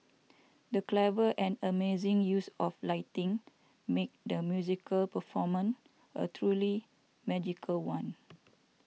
the clever and amazing use of lighting made the musical performance a truly magical one